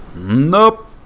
Nope